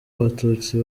abatutsi